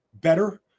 better